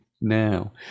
now